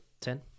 ten